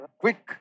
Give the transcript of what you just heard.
quick